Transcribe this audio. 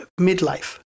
midlife